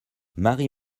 marie